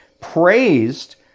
praised